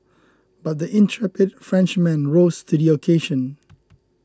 but the intrepid Frenchman rose to the occasion